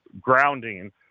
grounding